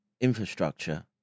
infrastructure